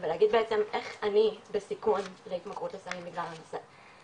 ולהגיד בעצם איך אני סיכון להתמכרות לסמים בגלל המצב,